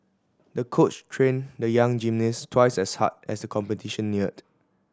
the coach trained the young gymnast twice as hard as the competition neared